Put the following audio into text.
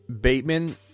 Bateman